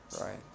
right